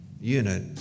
unit